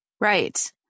Right